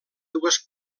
dues